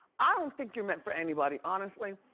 i don't think you're meant for anybody, honestly.